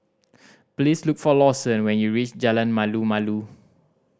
please look for Lawson when you reach Jalan Malu Malu